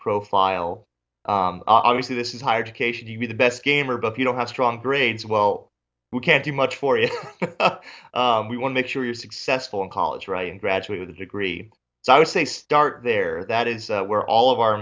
profile obviously this is higher education you be the best gamer but if you don't have strong grades well we can't do much for you we want make sure you're successful in college right and graduate with a degree so i would say start there that is where all of our